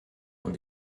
und